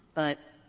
but,